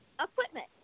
equipment